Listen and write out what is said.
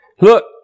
look